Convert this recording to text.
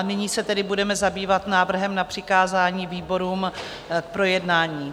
Nyní se tedy budeme zabývat návrhem na přikázání výborům k projednání.